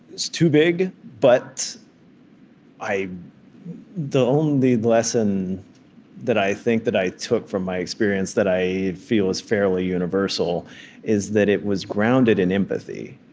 it's too big, but i the only lesson that i think that i took from my experience that i feel is fairly universal is that it was grounded in empathy